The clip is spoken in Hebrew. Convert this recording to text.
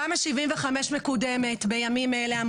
תמ"א 75 מקודמת בימים אלה,